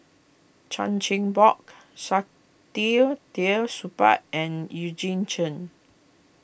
Chan Chin Bock Saktiandi Supaat and Eugene Chen